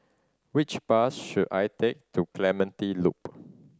which bus should I take to Clementi Loop